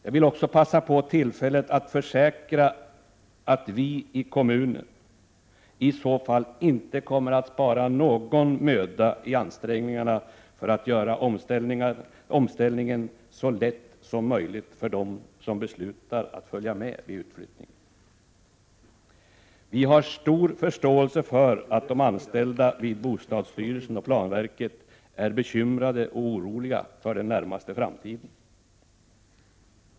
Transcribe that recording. Jag vill också passa på tillfället att försäkra att vi i kommunen i så fall inte kommer att spara någon möda för att göra omställningen så lätt som möjligt för dem som beslutar att följa med vid omflyttningen. Vi har stor förståelse för att de anställda vid bostadsstyrelsen och planverket är bekymrade och oroliga för den närmaste framtiden.